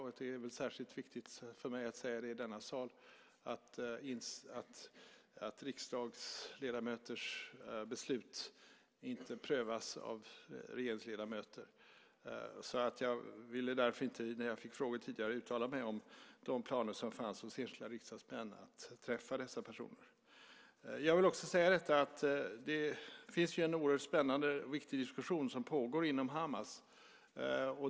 Och det är väl särskilt viktigt för mig att säga i denna sal att riksdagsledamöters beslut inte prövas av regeringsledamöter. Jag ville därför inte, när jag fick frågor tidigare, uttala mig om de planer som fanns hos enskilda riksdagsmän på att träffa dessa personer. Jag vill också säga att det pågår en oerhört spännande och viktig diskussion inom Hamas.